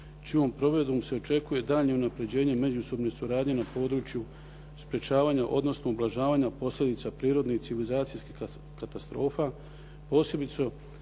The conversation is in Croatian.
čijom provedbom se očekuje daljnje unapređenje međusobne suradnje na području sprečavanja, odnosno ublažavanja posljedica prirodnih i civilizacijskih katastrofa, posebice